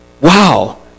Wow